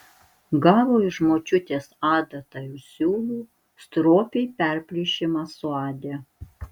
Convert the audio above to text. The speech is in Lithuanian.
gavo iš močiutės adatą ir siūlų stropiai perplyšimą suadė